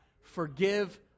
Forgive